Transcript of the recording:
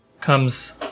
comes